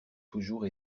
toujours